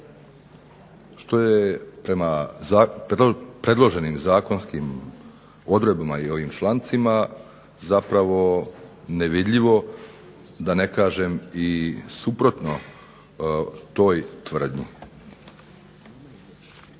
što je prema predloženim zakonskim odredbama i ovim člancima zapravo nevidljivo da ne kažem i suprotno toj tvrdnji.